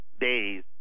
days